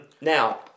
now